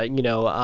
you know,